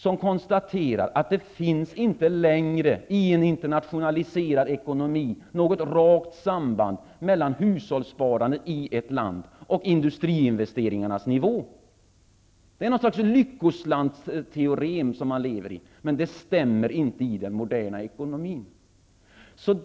Där konstateras att det i en internationaliserad ekonomi inte längre finns något rakt samband mellan hushållssparandet i ett land och nivån på industriinvesteringarna. Det är något slags Lyckoslantsteorem man lever med. Men det stämmer inte i den moderna ekonomin.